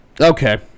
Okay